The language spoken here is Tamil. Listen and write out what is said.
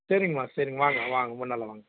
செரிங்கம்மா செரிங்க வாங்க வாங்க முன்னால் வாங்க